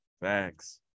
facts